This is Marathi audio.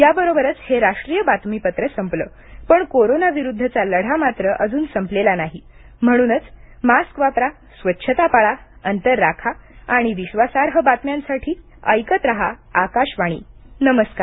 याबरोबरच हे राष्ट्रीय बातमीपत्र संपलं पण कोरोना विरुद्धचा लढा अजून संपलेला नाही म्हणूनच मास्क वापरा स्वच्छता पाळा अंतर राखा आणि विश्वासार्ह बातम्यांसाठी ऐकत रहा आकाशवाणी नमस्कार